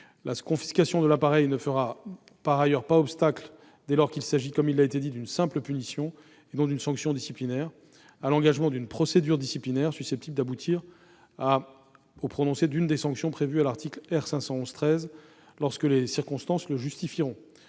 La confiscation de l'appareil ne fera par ailleurs pas obstacle, dès lors qu'il s'agit, comme cela a été dit, d'une simple punition, et non d'une sanction disciplinaire, à l'engagement d'une procédure disciplinaire susceptible d'aboutir au prononcé d'une des sanctions prévues à l'article R.511-13 lorsque les circonstances le justifieront,